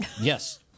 Yes